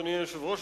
אדוני היושב-ראש,